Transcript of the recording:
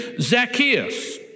Zacchaeus